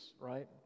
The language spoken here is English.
right